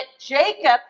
Jacob